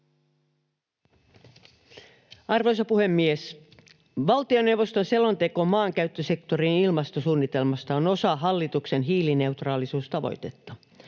Arvoisa puhemies! Valtioneuvoston selonteko maankäyttösektorin ilmastosuunnitelmasta on osa hallituksen hiilineutraalisuustavoitetta.